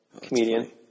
comedian